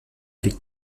avec